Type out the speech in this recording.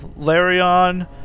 Larion